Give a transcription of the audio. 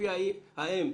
והילד